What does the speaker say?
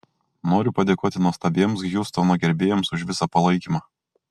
noriu padėkoti nuostabiems hjustono gerbėjams už visą palaikymą